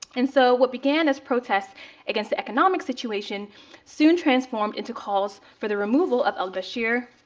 and so what began as protests against the economic situation soon transformed into calls for the removal of al-bashir